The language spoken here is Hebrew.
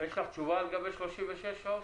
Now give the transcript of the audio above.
יש לך תשובה לגבי 36 שעות?